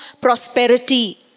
prosperity